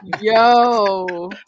Yo